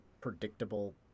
predictable